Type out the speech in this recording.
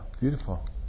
beautiful